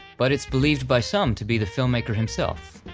but it's believed by some to be the filmmaker himself.